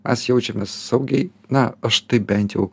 mes jaučiamės saugiai na aš tai bent jau